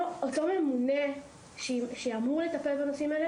אותו ממונה שאמור לטפל בנושאים האלה,